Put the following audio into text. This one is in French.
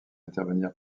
intervenir